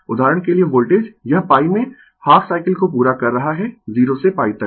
उदाहरण के लिए वोल्टेज यह π में हाफ साइकिल को पूरा कर रहा है 0 से π तक